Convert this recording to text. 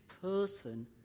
person